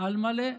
על מלא.